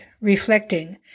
reflecting